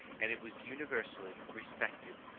and it was universally respected.